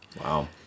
Wow